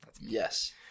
yes